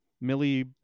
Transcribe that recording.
Millie